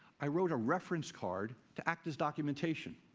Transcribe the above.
i wrote a reference card to act as documentation.